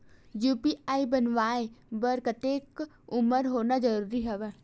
UPI बनवाय बर कतेक उमर होना जरूरी हवय?